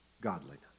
godliness